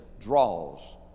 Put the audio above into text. draws